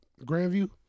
Grandview